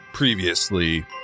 Previously